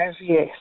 yes